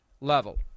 level